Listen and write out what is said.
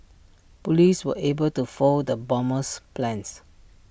Police were able to foil the bomber's plans